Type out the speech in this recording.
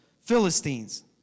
Philistines